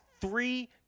three